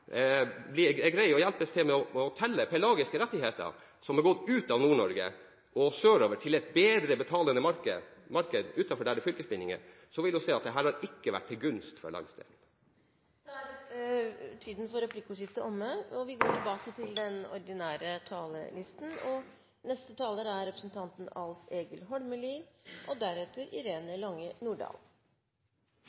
til med å telle pelagiske rettigheter som har gått ut av Nord-Norge og sørover til et bedre betalende marked utenfor der det er fylkesbindinger – at dette har ikke vært til gunst for landsdelen. Da er replikkordskiftet omme. Formålsparagrafen i havressurslova har to sentrale poeng: Fiskeressursane er fellesskapets eigedom, og dei skal brukast til fordel for sysselsetting og busetting i kystsamfunna. Dette er